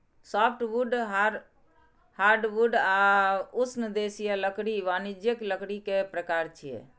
softwood, hardwood आ उष्णदेशीय लकड़ी वाणिज्यिक लकड़ी के प्रकार छियै